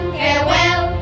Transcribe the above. farewell